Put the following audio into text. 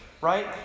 right